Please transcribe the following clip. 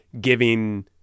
giving